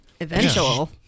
eventual